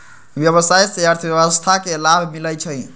व्यवसाय से अर्थव्यवस्था के लाभ मिलइ छइ